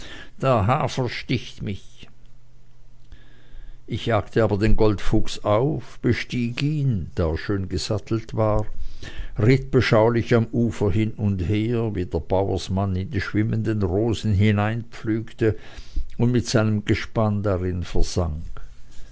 der hafer sticht mich ich jagte aber den goldfuchs auf bestieg ihn da er schön gesattelt war ritt beschaulich am ufer hin und sah wie der bauersmann in die schwimmenden rosen hineinpflügte und mit seinem gespann darin versank